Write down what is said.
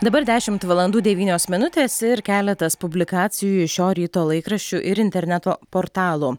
dabar dešimt valandų devynios minutės ir keletas publikacijų iš šio ryto laikraščių ir interneto portalų